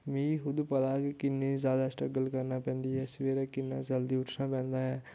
मिगी खुद पता कि कि'न्ने जादा स्ट्रगल करना पेंदी ऐ सबैह्रे कि'न्ना जल्दी उठना पेंदा ऐ